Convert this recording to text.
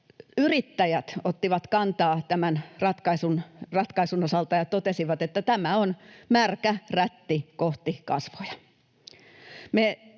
Yrittäjät ottivat kantaa tämän ratkaisun osalta ja totesivat, että tämä on märkä rätti kohti kasvoja.